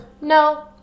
No